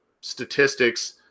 statistics